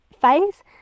phase